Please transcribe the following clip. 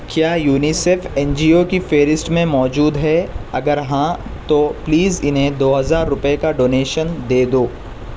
کیا UNICEF N G O کی فہرست میں موجود ہے اگر ہاں تو پلیز انہیں دو ہزار روپئے کا ڈونیشن دے دو